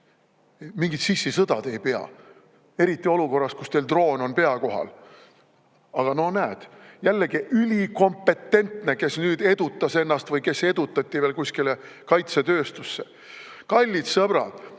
Mingit sissisõda te ei pea, eriti olukorras, kus teil droon on pea kohal. Aga no näed, jällegi ülikompetentne inimene, kes nüüd edutas ennast või kes edutati kuskile kaitsetööstusse. Kallid sõbrad,